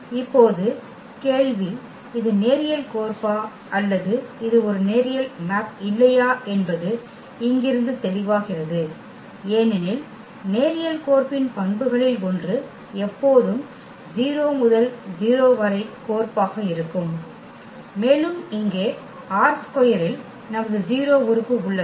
இப்போது கேள்வி இது நேரியல் கோர்பா அல்லது இது ஒரு நேரியல் மேப் இல்லையா என்பது இங்கிருந்து தெளிவாகிறது ஏனெனில் நேரியல் கோர்ப்பின் பண்புகளில் ஒன்று எப்போதும் 0 முதல் 0 வரை கோர்ப்பாக இருக்கும் மேலும் இங்கே ℝ2 இல் நமது 0 உறுப்பு உள்ளது